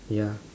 ya